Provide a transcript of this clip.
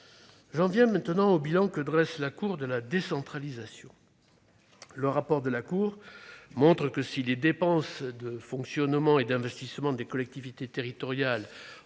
à présent évoquer le bilan que dresse la Cour de la décentralisation. Le rapport montre que si les dépenses de fonctionnement et d'investissement des collectivités territoriales